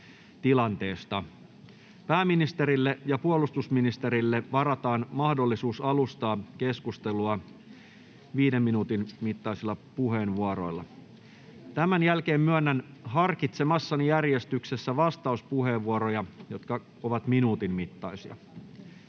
Pääministerille ja puolustusministerille varataan mahdollisuus alustaa keskustelua viiden minuutin mittaisilla puheenvuoroilla. Tämän jälkeen myönnän harkitsemassani järjestyksessä vastauspuheenvuoroja, jotka ovat minuutin mittaisia.